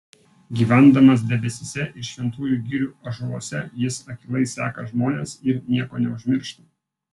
gyvendamas debesyse ir šventųjų girių ąžuoluose jis akylai seka žmones ir nieko neužmiršta